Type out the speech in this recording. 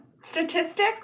statistic